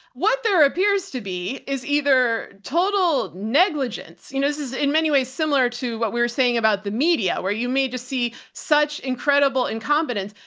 what there appears to be is either total negligence, you know, this is in many ways similar to what we were saying about the media, where you may just see such incredible incompetence,